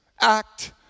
Act